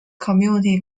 community